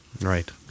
right